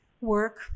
work